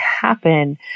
happen